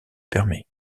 permet